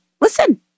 Listen